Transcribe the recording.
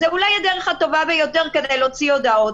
זה אולי הדרך הטובה ביותר כדי להוציא הודאות,